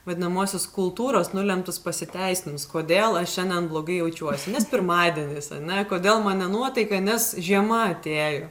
vadinamuosius kultūros nulemtus pasiteisinimus kodėl aš šiandien blogai jaučiuosi nes pirmadienis ane kodėl man nenuotaika nes žiema atėjo